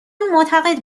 معتقد